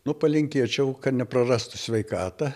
nu palinkėčiau kad neprarastų sveikatą